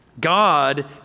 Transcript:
God